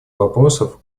вопросов